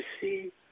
see